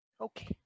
Okay